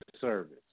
service